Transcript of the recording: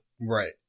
right